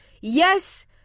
yes